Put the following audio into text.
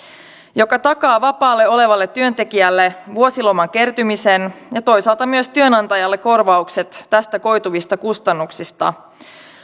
joka takaa vapaalla olevalle työntekijälle vuosiloman kertymisen ja toisaalta myös työnantajalle korvaukset tästä koituvista kustannuksista